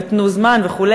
ותנו זמן וכו'.